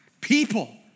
people